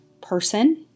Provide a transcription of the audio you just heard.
person